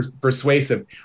persuasive